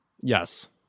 Yes